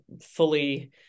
fully